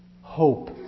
Hope